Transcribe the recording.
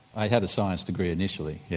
i had a science degree initially, yeah